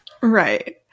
Right